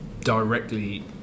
directly